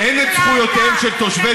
הם לא מביעים עמדה,